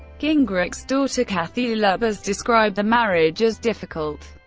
gingrich's daughter kathy lubbers described the marriage as difficult.